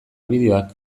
bideoak